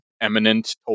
eminent